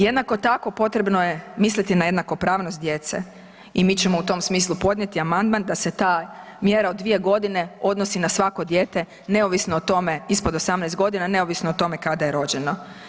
Jednako tako, potrebno je misliti na jednakopravnost djece i mi ćemo u tom smislu podnijeti amandman da se ta mjera od 2 godine odnosi na svako dijete, neovisno o tome, ispod 18 godina, neovisno o tome kada je rođeno.